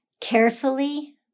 carefully